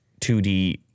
2D